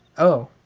oh.